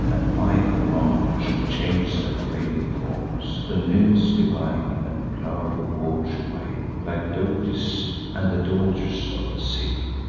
at my command shall change their fading forms to nymphs divine, and plow the wat'ry way, like dotis and the daughters of the sea.